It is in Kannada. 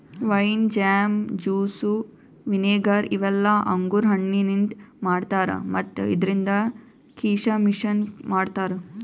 ವೈನ್, ಜಾಮ್, ಜುಸ್ಸ್, ವಿನೆಗಾರ್ ಇವೆಲ್ಲ ಅಂಗುರ್ ಹಣ್ಣಿಂದ್ ಮಾಡ್ತಾರಾ ಮತ್ತ್ ಇದ್ರಿಂದ್ ಕೀಶಮಿಶನು ಮಾಡ್ತಾರಾ